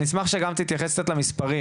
אני אשמח שגם תתייחס קצת למספרים.